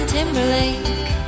Timberlake